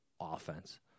offense